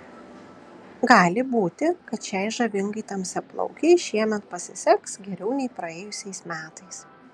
gali būti kad šiai žavingai tamsiaplaukei šiemet pasiseks geriau nei praėjusiais metais